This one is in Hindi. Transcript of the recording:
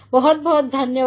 बहुत बहुत धन्यवाद